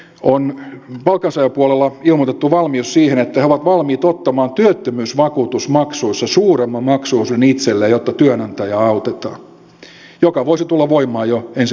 on palkansaajapuolella ilmoitettu valmius siihen että he ovat valmiita ottamaan työttömyysvakuutusmaksuissa suuremman maksuosuuden itselleen jotta työnantajaa autetaan mikä voisi tulla voimaan jo ensi vuoden alusta